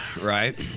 right